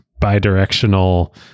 bi-directional